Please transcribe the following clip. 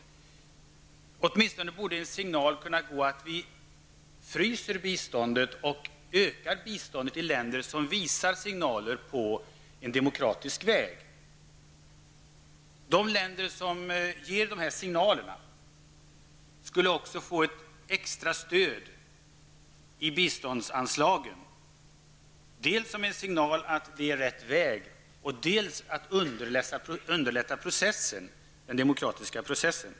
Vi borde åtminstone kunna ge dem en signal om att vi fryser biståndet, men att vi ökar biståndet till länder som visar tecken på en demokratisk utveckling. De länder som ger dessa signaler skulle också få ett extra stöd i biståndsanslagen, dels för att visa att de är på rätt väg, dels för att underlätta den demokratiska processen.